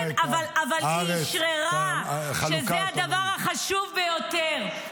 כן, אבל היא אשררה, זה הדבר החשוב ביותר.